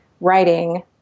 writing